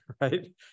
right